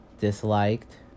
disliked